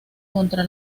contra